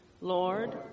Lord